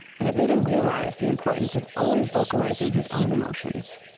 and it made him realize the importance of always vocalizing his own emotions